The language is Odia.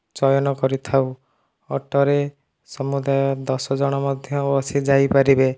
ଚୟନ କରିଥାଉ ଅଟୋରେ ସମୁଦାୟ ଦଶ ଜଣ ମଧ୍ୟ ବସି ଯାଇପାରିବେ